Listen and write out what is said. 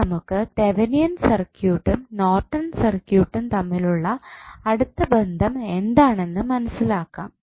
ഇനി നമുക്ക് തെവനിയൻ സർക്യൂട്ടും നോർട്ടൺ സർക്യൂട്ടും തമ്മിലുള്ള അടുത്ത ബന്ധം എന്താണെന്ന് മനസ്സിലാക്കാം